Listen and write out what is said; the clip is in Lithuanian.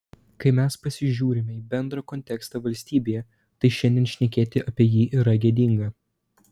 kai mes pasižiūrime į bendrą kontekstą valstybėje tai šiandien šnekėti apie jį yra gėdinga